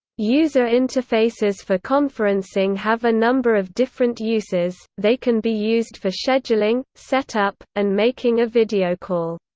user interfaces for conferencing have a number of different uses they can be used for scheduling, setup, and making a videocall.